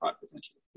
potentially